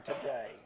today